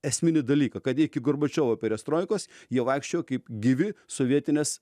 esminį dalyką kad iki gorbačiovo perestroikos jie vaikščiojo kaip gyvi sovietinės